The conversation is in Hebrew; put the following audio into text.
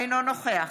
אינו נוכח